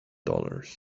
dollars